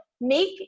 make